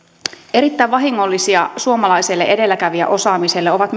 erittäin vahingollisia suomalaiselle edelläkävijäosaamiselle ovat